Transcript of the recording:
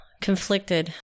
conflicted